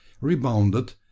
rebounded